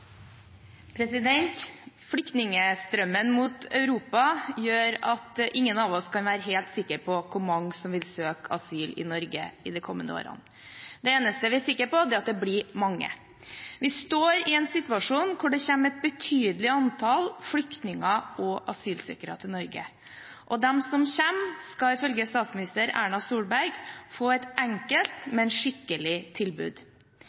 2. Flyktningstrømmen mot Europa gjør at ingen av oss kan være helt sikre på hvor mange som vil søke asyl i Norge i de kommende årene. Det eneste vi er sikre på, er at det blir mange. Vi står i en situasjon hvor det kommer et betydelig antall flyktninger og asylsøkere til Norge, og de som kommer, skal ifølge statsminister Erna Solberg få et enkelt, men skikkelig tilbud.